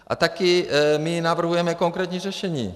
A také my navrhujeme konkrétní řešení.